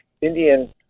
Indian